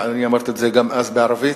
ואני אמרתי את זה גם אז בערבית.